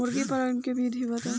मुर्गीपालन के विधी बताई?